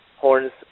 Horn's